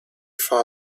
far